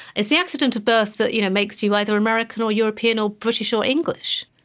it's the accident of birth that you know makes you either american or european or british or english,